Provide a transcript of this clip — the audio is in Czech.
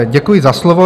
Děkuji za slovo.